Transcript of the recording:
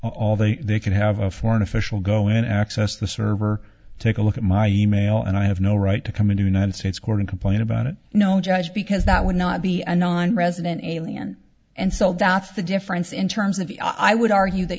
all they can have a foreign official go and access the server take a look at my e mail and i have no right to come in the united states court and complain about it no judge because that would not be a nonresident alien and so that's the difference in terms of the i would argue that